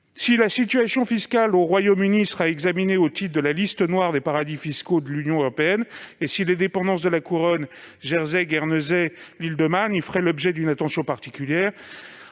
? La situation fiscale au Royaume-Uni sera-t-elle examinée au titre de la « liste noire des paradis fiscaux » de l'Union européenne ? Les dépendances de la Couronne- Jersey, Guernesey, île de Man -feront-elles l'objet d'une attention particulière